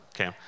Okay